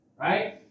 Right